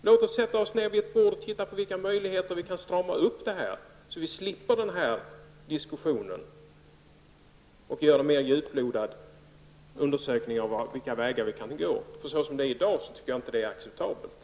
Låt oss sätta oss ned vid ett bord och se efter vilka möjligheter vi har att strama upp det här, så att vi därmed slipper den här diskussionen och gör en mer djuplodande undersökning av vilka vägar vi kan gå. De förhållanden som råder i dag är nämligen inte acceptabla.